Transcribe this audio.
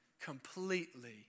completely